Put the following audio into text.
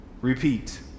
repeat